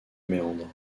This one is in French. méandre